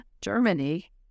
Germany